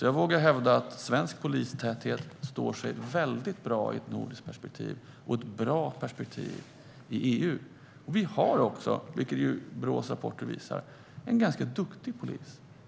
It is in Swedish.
Jag vågar hävda att svensk polistäthet står sig bra i ett nordiskt perspektiv och i ett EU-perspektiv. Brås rapporter visar att Sverige har en duktig polis.